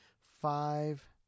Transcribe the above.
Five